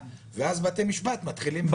ואז בתי המשפט מתייחסים לזה כך.